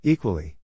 Equally